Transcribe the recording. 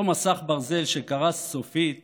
אותו מסך ברזל שקרס סופית